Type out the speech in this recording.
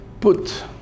put